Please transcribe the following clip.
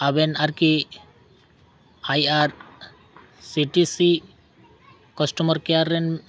ᱟᱵᱮᱱ ᱟᱨᱠᱤ ᱨᱮᱱ